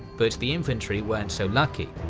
but the infantry wasn't so lucky.